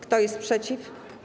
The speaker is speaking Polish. Kto jest przeciw?